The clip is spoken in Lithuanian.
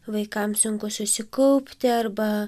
vaikams sunku susikaupti arba